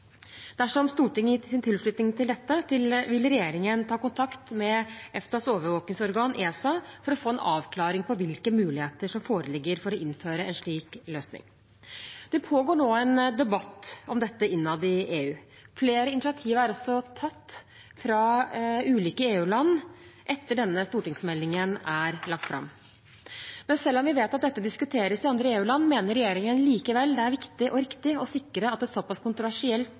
Dersom Stortinget gir sin tilslutning til dette, vil regjeringen ta kontakt med EFTAs overvåkningsorgan, ESA, for å få en avklaring på hvilke muligheter som foreligger for å innføre en slik løsning. Det pågår nå en debatt om dette innad i EU. Flere initiativ er også tatt fra ulike EU-land etter at denne stortingsmeldingen er lagt fram. Men selv om vi vet at dette diskuteres i andre EU-land, mener regjeringen likevel det er viktig og riktig å sikre at et såpass kontroversielt